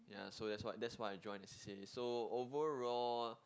yeah so that's what that's why I join the C_C_A so overall